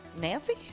Nancy